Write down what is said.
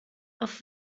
auf